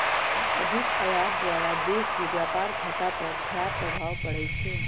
अधिक आयात द्वारा देश के व्यापार खता पर खराप प्रभाव पड़इ छइ